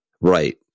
Right